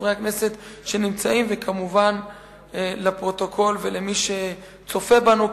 לחברי הכנסת שנמצאים וכמובן לפרוטוקול ולמי שצופה בנו.